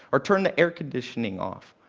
or turned the air conditioning off?